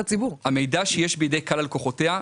המידע שיש בידי כאל על לקוחותיה,